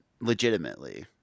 legitimately